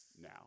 now